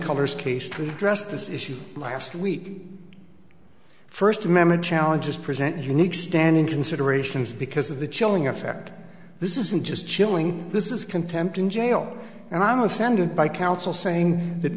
colors case to address this issue last week first amendment challenges present unique stand in considerations because of the chilling effect this isn't just chilling this is contempt in jail and i'm offended by counsel saying that